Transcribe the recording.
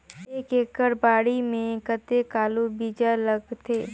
एक एकड़ बाड़ी मे कतेक आलू बीजा लगथे?